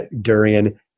durian